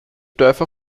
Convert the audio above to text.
dörfer